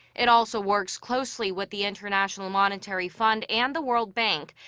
it also works closely with the international monetary fund and the world bank.